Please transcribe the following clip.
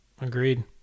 agreed